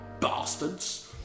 bastards